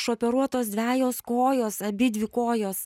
išoperuotos dvejos kojos abidvi kojos